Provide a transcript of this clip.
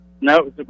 No